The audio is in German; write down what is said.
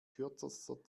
kürzester